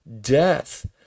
death